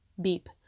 BEEP